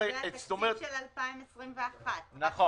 זה על תקציב 2021. נכון.